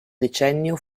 decennio